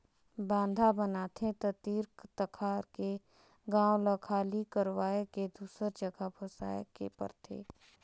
बांधा बनाथे त तीर तखार के गांव ल खाली करवाये के दूसर जघा बसाए के परथे